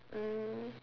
mm